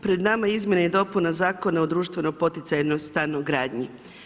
Pred nama je izmjena i dopuna Zakona o društveno poticajnoj stanogradnji.